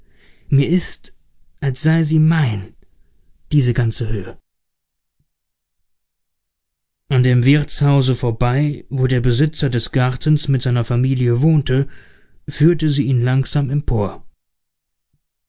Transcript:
mir ist als sei sie mein diese ganze höhe an dem wirtshause vorbei wo der besitzer des gartens mit seiner familie wohnte führte sie ihn langsam empor